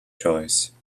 choice